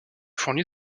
fourni